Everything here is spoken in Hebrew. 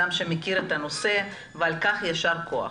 אדם שמכיר את הנושא, ועל כך יישר כח.